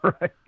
Right